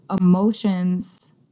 emotions